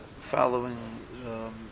following